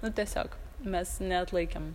nu tiesiog mes neatlaikėm